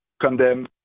condemn